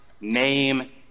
name